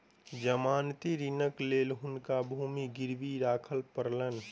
जमानती ऋणक लेल हुनका भूमि गिरवी राख पड़लैन